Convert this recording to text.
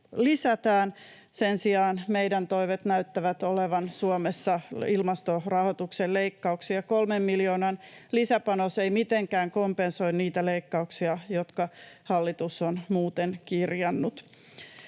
lisätään. Sen sijaan meidän toimet Suomessa näyttävät olevan ilmastorahoituksen leikkauksia. Kolmen miljoonan lisäpanos ei mitenkään kompensoi niitä leikkauksia, jotka hallitus on muuten kirjannut.